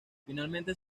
finalmente